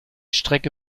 strecke